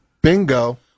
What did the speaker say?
Bingo